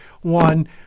one